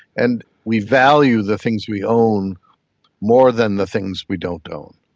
and we value the things we own more than the things we don't own.